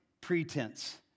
Pretense